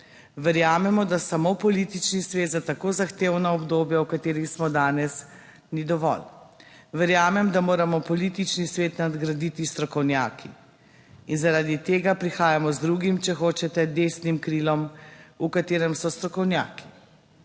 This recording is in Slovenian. Verjamemo, da samo politični svet za tako zahtevna obdobja, v katerih smo danes, ni dovolj. Verjamem, da moramo politični svet nadgraditi strokovnjaki in zaradi tega prihajamo z drugim, če hočete, desnim krilom, v katerem so strokovnjaki.